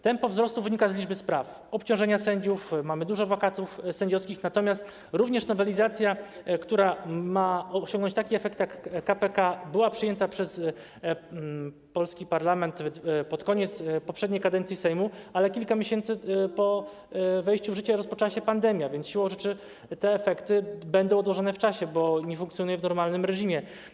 Tempo wzrostu wynika z liczby spraw, obciążenia sędziów, mamy dużo wakatów sędziowskich, natomiast również nowelizacja, która ma osiągnąć taki efekt jak k.p.k., była przyjęta przez polski parlament pod koniec poprzedniej kadencji Sejmu, ale kilka miesięcy po wejściu w życie rozpoczęła się pandemia, więc siłą rzeczy efekty będą odłożone w czasie, bo ta nowelizacja nie funkcjonuje w normalnym reżimie.